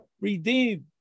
redeemed